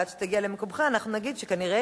ועד שתגיע למקומך אנחנו נגיד שכנראה,